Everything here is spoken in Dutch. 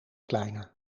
kleiner